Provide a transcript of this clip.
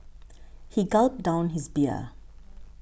he gulped down his beer